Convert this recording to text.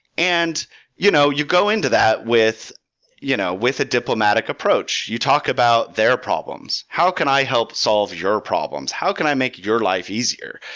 and you know you go into that with you know with a diplomatic approach. you talk about their problems, how can i help solve your problems? how can i make your life easier?